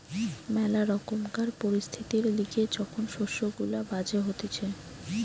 ম্যালা রকমকার পরিস্থিতির লিগে যখন শস্য গুলা বাজে হতিছে